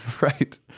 right